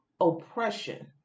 oppression